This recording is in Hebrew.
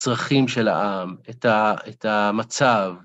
צרכים של העם, את ה... את המצב.